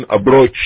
approach